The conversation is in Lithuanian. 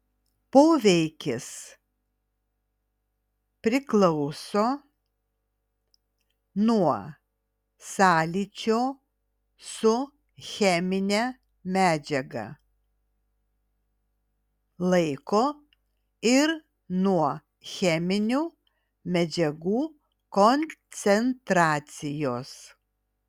poveikis priklauso nuo sąlyčio su chemine medžiaga laiko ir nuo cheminių medžiagų koncentracijos